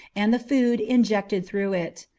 and the food injected through it.